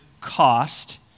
cost